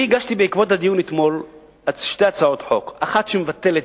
אני הגשתי בעקבות הדיון אתמול שתי הצעות חוק: אחת שמבטלת